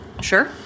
sure